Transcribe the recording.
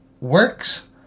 works